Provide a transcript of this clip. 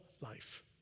life